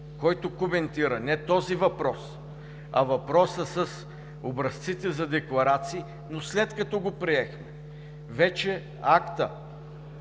който коментира не този въпрос, а въпроса с образците за декларации, но след като го приехме – вече актът,